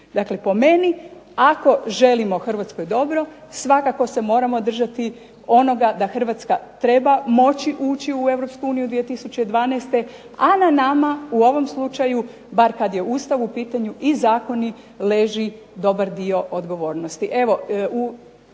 Dakle, po meni ako želimo Hrvatskoj dobro, svakako se moramo držati onoga da Hrvatska treba moći ući u Europsku uniju na nama u ovom slučaju bar kada je Ustavu u pitanju i zakoni leži dobar dio odgovornosti.